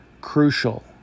crucial